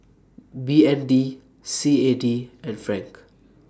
B N D C A D and Franc